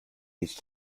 each